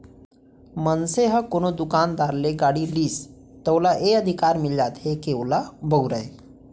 मनसे ह कोनो दुकानदार ले गाड़ी लिस त ओला ए अधिकार मिल जाथे के ओला बउरय